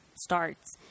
starts